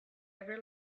every